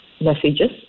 messages